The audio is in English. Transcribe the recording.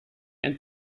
and